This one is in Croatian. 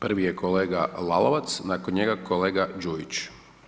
Prvi je kolega Lalovac, nakon njega kolega Đujić.